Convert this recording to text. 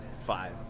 Five